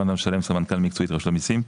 סמנכ"ל מקצועית, רשות המיסים.